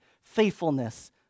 faithfulness